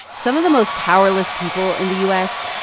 some of the most powerless people in the u s.